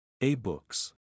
A-Books